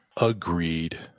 Agreed